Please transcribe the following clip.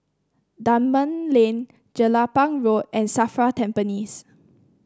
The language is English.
Dunman Lane Jelapang Road and Safra Tampines